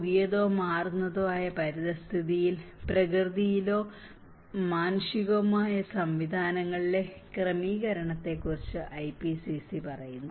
പുതിയതോ മാറുന്നതോ ആയ പരിതസ്ഥിതിയിൽ പ്രകൃതിയിലോ മാനുഷികമോ ആയ സംവിധാനങ്ങളിലെ ക്രമീകരണത്തെക്കുറിച്ച് IPCC പറയുന്നു